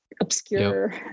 obscure